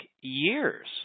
years